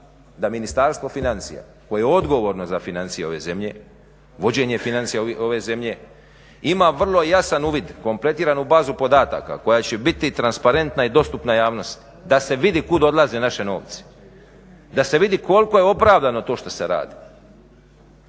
da Ministarstvo financija koje je odgovorno za financije ove zemlje, vođenje financija ove zemlje ima vrlo jasan uvid, kompletiranu bazu podataka koja će biti transparentna i dostupna javnosti da se vidi kud odlaze naše novci, da se vidi koliko je opravdano to što se radi.